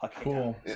Cool